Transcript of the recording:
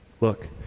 Look